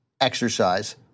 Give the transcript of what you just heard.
exercise